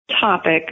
topic